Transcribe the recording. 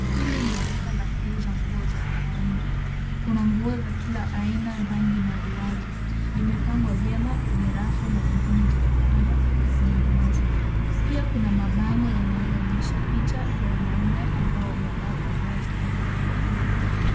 Hili ni duka la kuuza nguo za wanaume. Kuna nguo za kila aina, rangi na ruwaza, zimepangwa vyema kwenye rafu na zingine zikapangwa kwenye meza. Pia kuna mabango yanayoonyesha picha za wanaume ambao wamevaa bidhaa zinazouzwa humo.